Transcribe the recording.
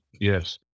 Yes